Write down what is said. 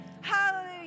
Hallelujah